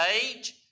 age